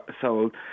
sold